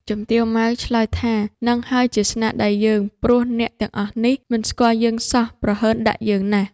ជំទាវ ម៉ៅ ឆ្លើយថា "ហ្នឹងហើយជាស្នាដៃយើង ។ ព្រោះអ្នកទាំងអស់នេះ មិនស្គាល់យើងសោះ ព្រហើនដាក់យើងណាស់ ។"